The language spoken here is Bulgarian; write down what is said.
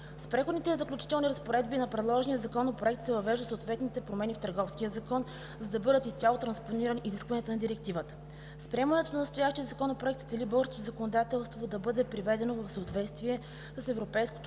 С Преходните и заключителните разпоредби на предложения законопроект се въвеждат съответните промени в Търговския закон, за да бъдат изцяло транспонирани изискванията на Директивата. С приемането на настоящия законопроект се цели българското законодателство да бъде приведено в съответствие с европейското